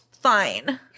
fine